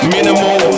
Minimal